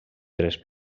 tres